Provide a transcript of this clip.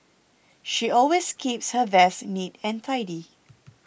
she always keeps her desk neat and tidy